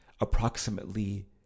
approximately